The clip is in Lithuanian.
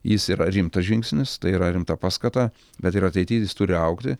jis yra rimtas žingsnis tai yra rimta paskata bet ir ateity jis turi augti